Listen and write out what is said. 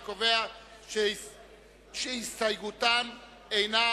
אני קובע שהסתייגותם אינה